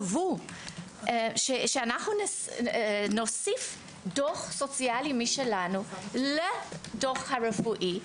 ושאנחנו נוסיף דוח סוציאלי משלנו לדוח הרפואי,